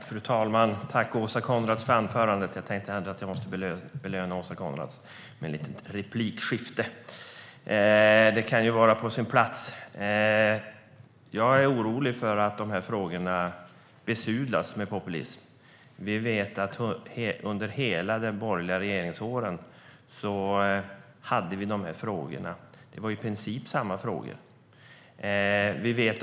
Fru talman! Jag tackar Åsa Coenraads för anförandet. Jag tänkte att jag måste belöna Åsa Coenraads med ett litet replikskifte. Det kan ju vara på sin plats. Jag är orolig för att de här frågorna besudlas med populism. Under hela den borgerliga regeringstiden hade vi de här frågorna. Det var i princip samma frågor.